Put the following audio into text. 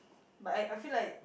but I I feel like